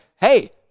hey